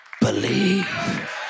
believe